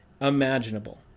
imaginable